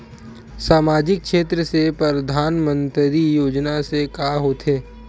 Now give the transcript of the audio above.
सामजिक क्षेत्र से परधानमंतरी योजना से का होथे?